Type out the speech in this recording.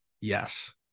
Yes